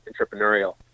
entrepreneurial